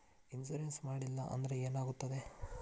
Insurance ಮಾಡಲಿಲ್ಲ ಅಂದ್ರೆ ಏನಾಗುತ್ತದೆ?